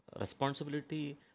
Responsibility